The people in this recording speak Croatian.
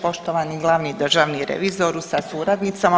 Poštovani glavni državni revizoru sa suradnicama.